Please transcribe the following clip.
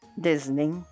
Disney